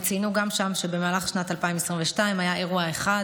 וציינו גם שם שבמהלך שנת 2022 היה אירוע אחד